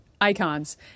Icons